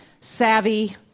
savvy